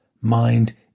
mind